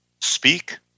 speak